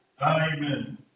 Amen